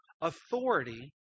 authority